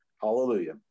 Hallelujah